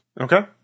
Okay